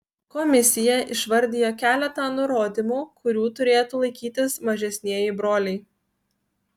komisija išvardijo keletą nurodymų kurių turėtų laikytis mažesnieji broliai